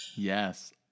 Yes